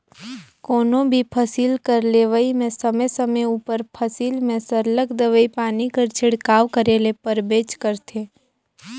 कोनो भी फसिल कर लेवई में समे समे उपर फसिल में सरलग दवई पानी कर छिड़काव करे ले परबेच करथे